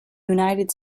united